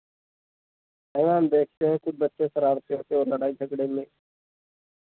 हाँ मैम देखते हैं कि बच्चे शरारत करते हैं लड़ाई झगड़े में